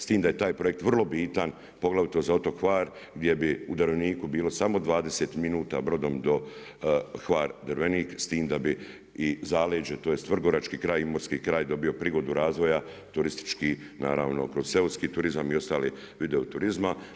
S time da je taj projekt vrlo bitan poglavito za otok Hvar gdje bi u Drveniku bilo samo 20 minuta brodom do Hvar-Drvenik s time da bi i zaleđe, tj. Vrgorački kraj, Imotski kraj dobio prigodu razvoja turistički naravno kroz seoski turizam i ostale vidove turizma.